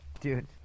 Dude